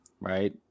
right